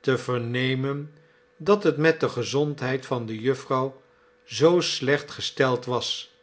te vernemen dat het met de gezondheid van de jufvrouw zoo slecht gesteld was